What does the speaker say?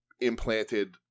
implanted